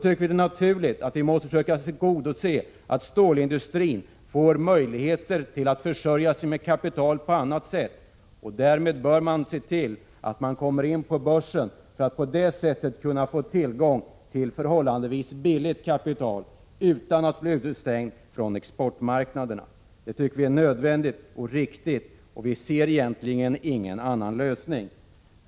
Det är naturligt att försöka tillgodose stålindustrins möjligheter att försörja sig med kapital på annat sätt. Därmed bör man se till att industrin kommer in på börsen för att på det sättet kunna få tillgång till förhållandevis billigt kapital utan att bli utestängd från exportmarknaden. Vi moderater tycker detta är nödvändigt och riktigt, och vi ser egentligen ingen annan lösning.